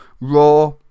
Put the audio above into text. raw